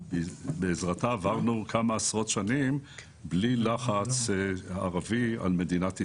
בעזרתם עברנו כמה עשרות שנים בלי לחץ ערבי על מדינת ישראל.